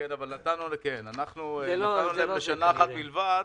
נתנו להם לשנה אחת בלבד.